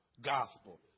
gospel